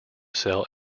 sell